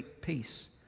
peace